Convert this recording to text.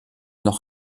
noch